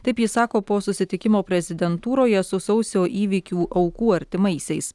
taip ji sako po susitikimo prezidentūroje su sausio įvykių aukų artimaisiais